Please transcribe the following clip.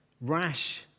rash